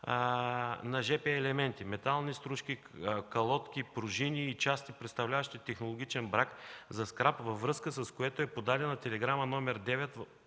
на жп-елементи – метални стружки, калотки, пружини и части, представляващи технологичен брак за скрап, във връзка с което е подадена Телеграма № 9